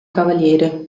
cavaliere